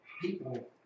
people